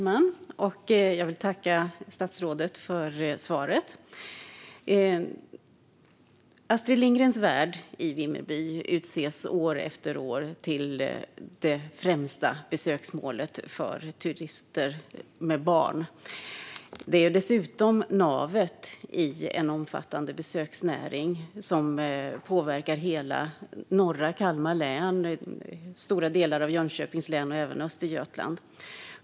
Fru talman! Jag tackar statsrådet för svaret. Astrid Lindgrens Värld i Vimmerby utses år efter år till det främsta besöksmålet för turister med barn. Det är dessutom navet i en omfattande besöksnäring som påverkar hela norra Kalmar län, stora delar av Jönköpings län och även Östergötland.